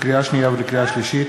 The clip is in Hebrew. לקריאה שנייה ולקריאה שלישית: